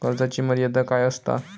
कर्जाची मर्यादा काय असता?